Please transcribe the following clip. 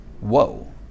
Whoa